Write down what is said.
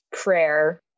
prayer